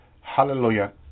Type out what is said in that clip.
Hallelujah